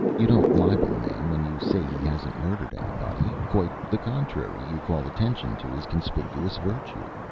you don't libel a man when you say he hasn't murdered anybody. quite the contrary, you call attention to his conspicuous virtue.